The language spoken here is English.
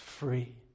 free